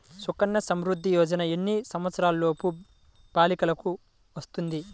సుకన్య సంవృధ్ది యోజన ఎన్ని సంవత్సరంలోపు బాలికలకు వస్తుంది?